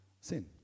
sin